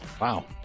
wow